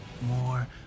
more